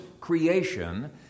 creation